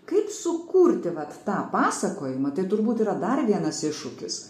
kaip sukurti vat tą pasakojimą tai turbūt yra dar vienas iššūkis